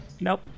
Nope